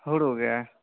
ᱦᱩᱲᱩ ᱜᱮ